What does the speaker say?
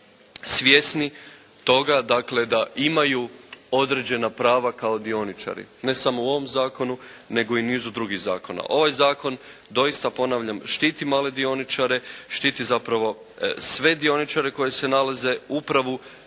svjesni toga da imaju određena prava kao dioničari, ne samo u ovom zakonu nego i u nizu drugih zakona. Ovaj Zakon doista ponavljam štiti male dioničare, štiti zapravo sve dioničare koji se nalaze, upravu,